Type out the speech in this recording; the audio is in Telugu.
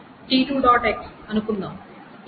X అనుకుందాం అప్పుడు t3